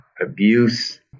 abuse